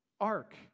ark